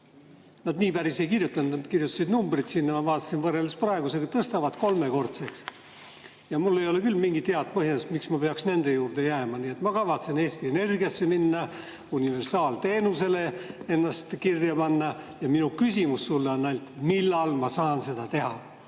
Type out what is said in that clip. Nad nii päris ei kirjutanud, nad kirjutasid numbreid sinna, aga ma vaatasin, et võrreldes praegusega tõstavad kolmekordseks. Mul ei ole küll mingit head põhjendust, miks peaks nende juurde jääma. Nii et ma kavatsen Eesti Energiasse üle minna, universaalteenusele ennast kirja panna. Ja minu küsimus sulle on ainult: millal ma saan seda teha?